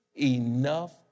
enough